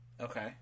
Okay